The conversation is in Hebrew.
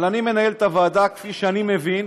אבל אני מנהל את הוועדה כפי שאני מבין,